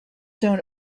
don’t